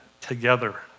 together